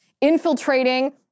infiltrating